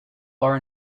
bar